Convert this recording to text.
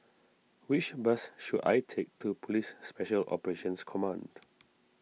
which bus should I take to Police Special Operations Command